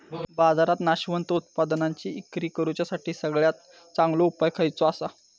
बाजारात नाशवंत उत्पादनांची इक्री करुच्यासाठी सगळ्यात चांगलो उपाय खयचो आसा?